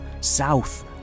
south